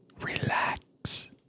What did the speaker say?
relax